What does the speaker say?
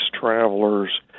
travelers